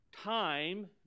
time